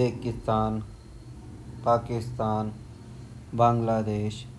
Netherland, Poland, Hungary, Russia.